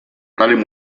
tale